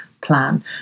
plan